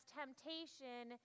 temptation